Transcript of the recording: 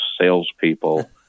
salespeople